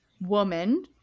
woman